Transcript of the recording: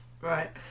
Right